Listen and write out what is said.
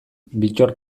bittor